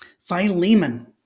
Philemon